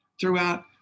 throughout